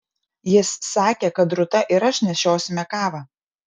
jis sakė kad rūta ir aš nešiosime kavą